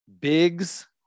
Biggs